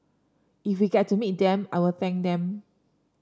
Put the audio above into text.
if we get to meet them I will thank them